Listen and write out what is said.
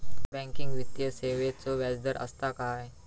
Banking वित्तीय सेवाचो व्याजदर असता काय?